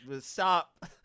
Stop